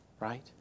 Right